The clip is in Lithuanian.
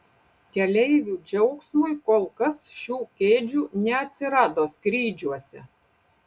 keleivių džiaugsmui kol kas šių kėdžių neatsirado skrydžiuose